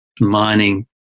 mining